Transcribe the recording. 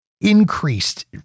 increased